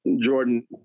Jordan